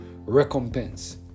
recompense